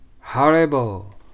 horrible